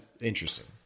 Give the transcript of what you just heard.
interesting